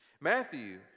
Matthew